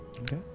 Okay